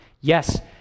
Yes